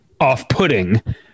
off-putting